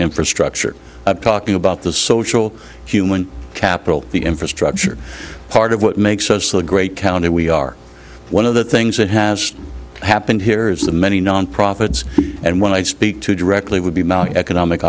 infrastructure talking about the social human capital the infrastructure part of what makes us the great county we are one of the things that has happened here is the many nonprofits and when i speak to directly would be economic